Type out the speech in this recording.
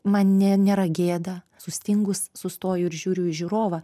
man ne nėra gėda sustingus sustoju ir žiūriu į žiūrovą